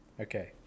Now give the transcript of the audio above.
Okay